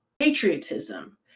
patriotism